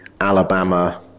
Alabama